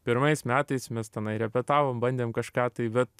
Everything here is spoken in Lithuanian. pirmais metais mes tenai repetavom bandėm kažką tai bet